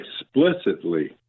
explicitly